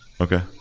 Okay